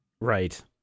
Right